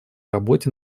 работе